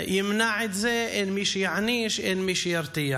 שימנע את זה, אין מי שיעניש, אין מי שירתיע.